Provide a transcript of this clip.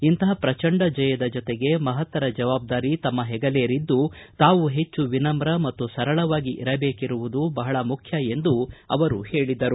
ಇಂಥ ಪ್ರಚಂಡ ಜಯದ ಜತೆಗೆ ಮಹತ್ತರ ಜವಾಬ್ದಾರಿ ತಮ್ಮ ಹೆಗಲೇರಿದ್ದು ತಾವು ಹೆಚ್ಚು ವಿನವು ಮತ್ತು ಸರಳವಾಗಿ ಇರಬೇಕಿರುವುದು ಬಹಳ ಮುಖ್ಯ ಎಂದು ಹೇಳಿದರು